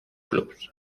clubs